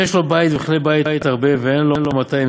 זוז חסר דינר ואינו נושא ונותן בהם,